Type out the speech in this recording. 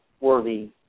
worthy